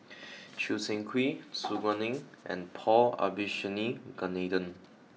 Choo Seng Quee Su Guaning and Paul Abisheganaden